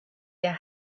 der